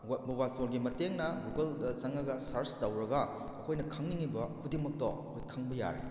mobile ꯐꯣꯟꯒꯤ ꯃꯇꯦꯡꯅ ꯒꯨꯒꯜꯗ ꯆꯪꯉꯒ ꯁꯔꯁ ꯇꯧꯔꯒ ꯑꯩꯈꯣꯏꯅ ꯈꯪꯅꯤꯡꯏꯕ ꯈꯨꯗꯤꯡꯃꯛꯇꯣ ꯑꯩꯈꯣꯏ ꯈꯪꯕ ꯌꯥꯔꯦ